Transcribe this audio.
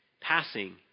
passing